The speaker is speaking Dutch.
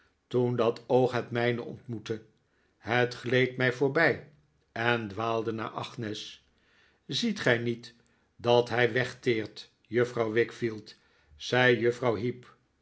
toen dat oog het mijne ontmoette het gleed mij voorbij en dwaalde naar agnes ziet gij niet dat hij wegteert juffrouw wickfield zei juffrouw heep